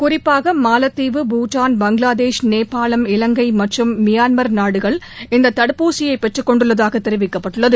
குறிப்பாக மாலத்தீவு பூட்டான் பங்களாதேஷ் நேபாளம் இவங்கை மற்றும் மியான்மர் நாடுகள் இந்த தடுப்பூசியை பெற்றுக்கொண்டுள்ளதாக தெரிவிக்கப்பட்டுள்ளது